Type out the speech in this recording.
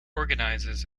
organises